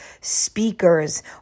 speakers